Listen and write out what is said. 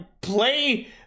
play